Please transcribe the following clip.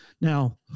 Now